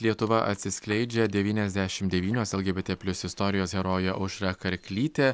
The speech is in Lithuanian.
lietuva atsiskleidžia devyniasdešim devynios lgbt plius istorijos herojė aušra karklytė